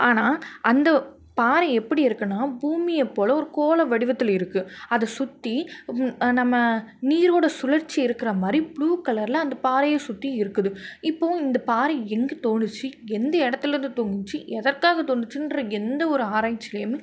ஆனால் அந்த பாறை எப்படி இருக்குதுனா பூமியை போல் ஒரு கோள வடிவத்தில் இருக்குது அதை சுற்றி நம்ம நீரோட சுழற்சி இருக்கிற மாதிரி ப்ளூ கலர்ல அந்த பாறையை சுற்றி இருக்குது இப்போது இந்த பாறை எங்கே தோணுச்சு எந்த இடத்துலேந்து தோணுச்சு எதற்காக தோணுச்சின்ற எந்த ஒரு ஆராய்ச்சியிலயுமே